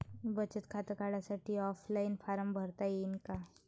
बचत खातं काढासाठी ऑफलाईन फारम भरता येईन का?